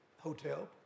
hotel